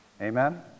Amen